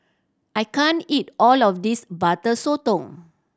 I can't eat all of this Butter Sotong